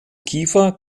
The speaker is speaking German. kiefer